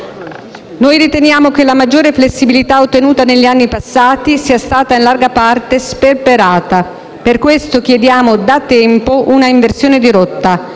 Noi riteniamo che la maggior flessibilità ottenuta negli anni passati sia stata in larga parte sperperata, per questo chiediamo da tempo una inversione di rotta.